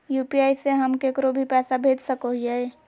UPI से हम केकरो भी पैसा भेज सको हियै?